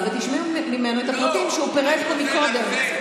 ותשמעו ממנו את הפרטים שהוא פירט פה קודם.